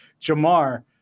Jamar